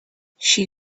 she